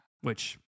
Which-